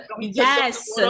Yes